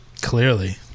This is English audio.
Clearly